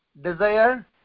desire